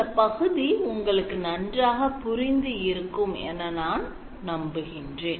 இந்தப் பகுதி உங்களுக்கு நன்றாக புரிந்து இருக்கும் என நான் நம்புகின்றேன்